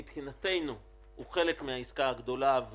מבחינתנו הוא חלק מהעסקה הגדולה,